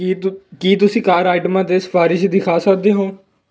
ਕੀ ਤੁ ਕੀ ਤੁਸੀਂ ਕਾਰ ਆਈਟਮਾਂ 'ਤੇ ਸਿਫਾਰਸ਼ ਦਿਖਾ ਸਕਦੇ ਹੋ